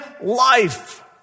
life